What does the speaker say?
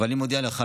אבל אני מודיע לך,